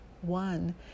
one